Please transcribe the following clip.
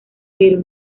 pero